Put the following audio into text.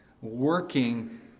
working